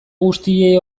guztiei